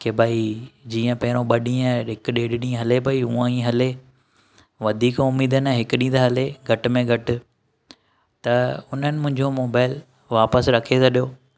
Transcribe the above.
की भई जीअं पहिरों ॿ ॾींहं हिकु ॾेढु ॾींहुं हले पई हूंअं ई हले वधीक उमीदि न आहे हिकु ॾींहुं त हले घटि में घटि त हुननि मुंहिंजो मोबाइल वापसि रखी छॾियो